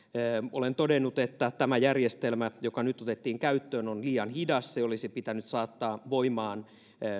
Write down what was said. olen todennut että tämä järjestelmä joka nyt otettiin käyttöön on liian hidas se olisi pitänyt saattaa voimaan